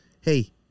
hey